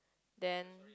then